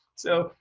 so,